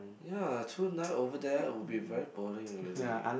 ya two night over there will be very boring already